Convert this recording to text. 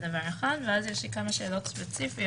בנוסף לכך, יש לי גם כמה שאלות ספציפיות.